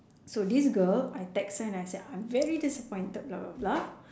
so this girl I text her and I said I'm very disappointed blah blah blah